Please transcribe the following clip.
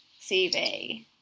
CV